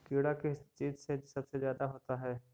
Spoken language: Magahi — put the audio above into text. कीड़ा किस चीज से सबसे ज्यादा होता है?